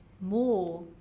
more